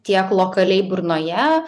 tiek lokaliai burnoje